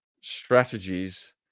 strategies